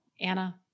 Anna